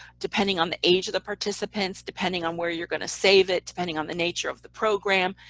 depending on the age of the participants, depending on where you're going to save it, depending on the nature of the program,